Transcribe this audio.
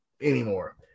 anymore